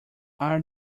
are